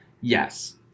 yes